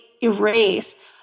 erase